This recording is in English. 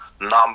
Number